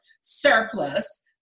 surplus